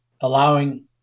allowing